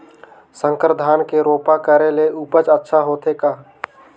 संकर धान के रोपा करे ले उपज अच्छा होथे का?